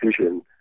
vision